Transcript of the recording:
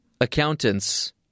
accountants